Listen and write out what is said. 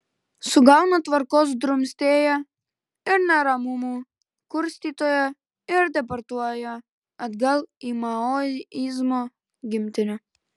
sugauna tvarkos drumstėją ir neramumų kurstytoją ir deportuoja atgal į maoizmo gimtinę